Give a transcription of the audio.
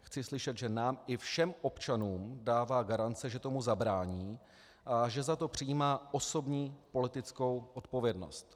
Chci slyšet, že nám i všem občanům dává garance, že tomu zabrání a že za to přejímá osobní politickou odpovědnost.